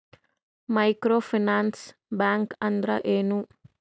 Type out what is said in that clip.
Micro finance bank ಅಂದ್ರ ಏನು?